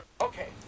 Okay